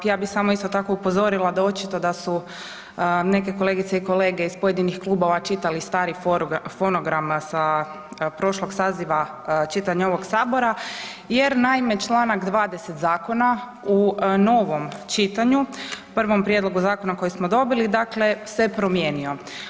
Ja bi samo isto tako upozorila da očito da su neke kolegice i kolege iz pojedinih klubova čitali stari fonogram sa prošlog saziva čitanje ovog sabora jer naime čl. 20. zakona u novom čitanju, prvom prijedlogu zakona koji smo dobili, dakle se promijenio.